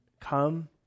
come